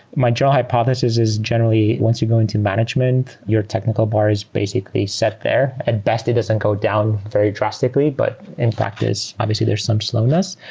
my job hypothesis is generally once you go into management, your technical bar is basically set there, and best it doesn't go down very drastically. but in practice, obviously there's some slowness.